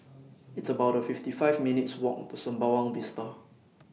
It's about fifty five minutes' Walk to Sembawang Vista